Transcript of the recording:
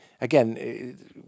again